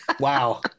wow